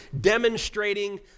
demonstrating